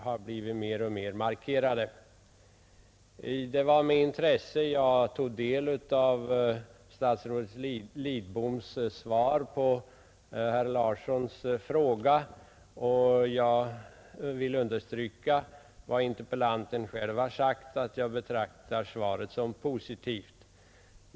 Jag har med stort intresse tagit del av statsrådet Lidboms svar på herr Larssons i Staffanstorp interpellation, och jag vill instämma i att svaret är positivt.